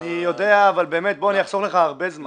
אני יודע, אבל אחסוך לך הרבה זמן.